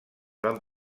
van